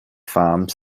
farms